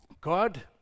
God